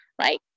right